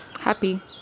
happy